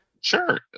Sure